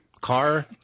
car